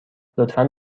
لطفا